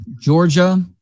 Georgia